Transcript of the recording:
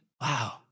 Wow